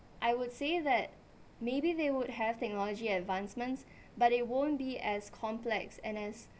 I would say that maybe they would have technology advancements but it won't be as complex and as